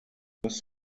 this